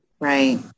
Right